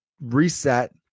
reset